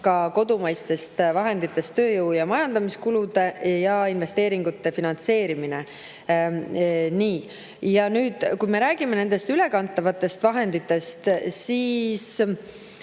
ka kodumaistest vahenditest tööjõu- ja majandamiskulude ja investeeringute finantseerimine. Ja kui me räägime nendest ülekantavatest vahenditest, siis